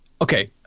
Okay